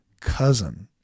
cousin